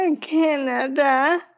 Canada